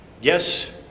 Yes